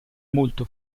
molto